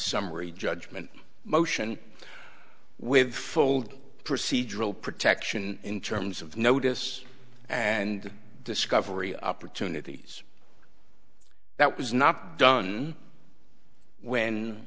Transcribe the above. summary judgment motion with full procedural protection in terms of notice and discovery opportunities that was not done when